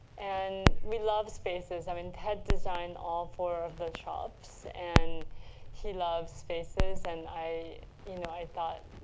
and we love spaces. i mean, ted designed all four of the shops. and he loves spaces. and i you know i thought,